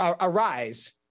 arise